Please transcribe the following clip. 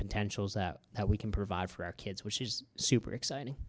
potentials out that we can provide for our kids which is super exciting